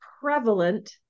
prevalent